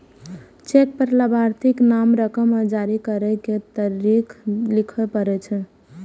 cheque पर लाभार्थीक नाम, रकम आ जारी करै के तारीख लिखय पड़ै छै